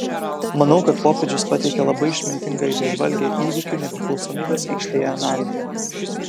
manau kad popiežius pateikė labai išmintingą ir įžvalgią įvykių nepriklausomybės aikštėje analizę